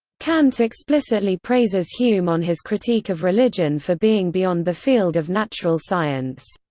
kant explicitly praises hume on his critique of religion for being beyond the field of natural science.